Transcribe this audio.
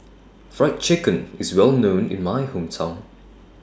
Fried Chicken IS Well known in My Hometown